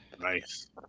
Nice